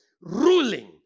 ruling